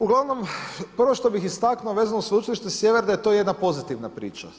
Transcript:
Uglavnom, prvo što bih istaknuo vezano za sveučilište Sjever da je to jedna pozitivna priča.